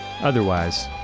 otherwise